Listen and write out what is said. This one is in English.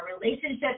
relationship